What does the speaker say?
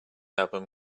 album